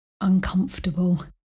uncomfortable